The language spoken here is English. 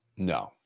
No